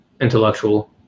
intellectual